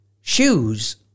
shoes